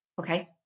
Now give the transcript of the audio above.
okay